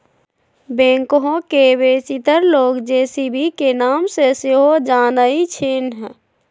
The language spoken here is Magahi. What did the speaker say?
बैकहो के बेशीतर लोग जे.सी.बी के नाम से सेहो जानइ छिन्ह